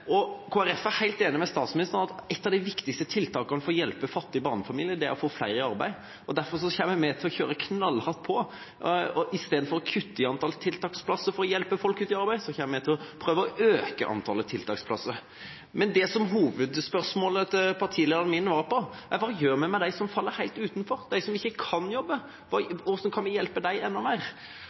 er helt enig med statsministeren i at et av de viktigste tiltakene for å hjelpe fattige barnefamilier er å få flere i arbeid, og derfor kommer vi til å kjøre knallhardt på at istedenfor å kutte i antall tiltaksplasser for å hjelpe folk ut i arbeid kommer vi til å prøve å øke antallet tiltaksplasser. Men det som hovedspørsmålet til partilederen min gikk på, er hva vi gjør med dem som faller helt utenfor, de som ikke kan jobbe. Hvordan kan vi hjelpe dem enda mer?